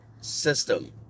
system